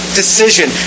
decision